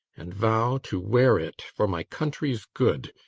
and vow to wear it for my country's good,